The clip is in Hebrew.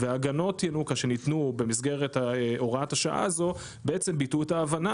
והגנות ינוקא שניתנו במסגרת הוראת השעה הזו בעצם ביטאו את ההבנה